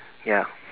ya